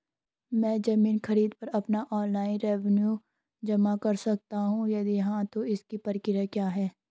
मैं ज़मीन खरीद पर अपना ऑनलाइन रेवन्यू जमा कर सकता हूँ यदि हाँ तो इसकी प्रक्रिया क्या है?